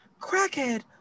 Crackhead